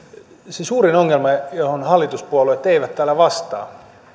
se suurin ongelma johon hallituspuolueet eivät täällä vastaa